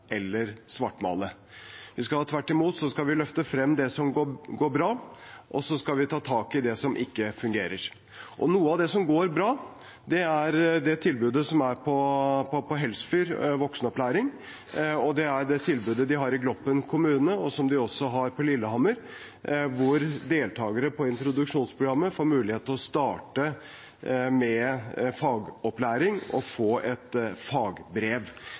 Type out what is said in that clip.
eller svartmale. Vi skal tvert imot løfte frem det som går bra, og så skal vi ta tak i det som ikke fungerer. Noe av det som går bra, er det voksenopplæringstilbudet som er på Helsfyr, og det tilbudet man har i Gloppen kommune – som man også har på Lillehammer – hvor deltakere på introduksjonsprogrammet får mulighet til å starte med fagopplæring og få et fagbrev.